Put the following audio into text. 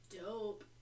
Dope